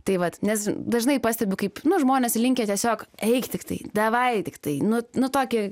tai vat nes dažnai pastebiu kaip nu žmonės linkę tiesiog eik tiktai davai tiktai nu nu toki